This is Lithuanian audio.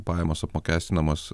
pajamos apmokestinamos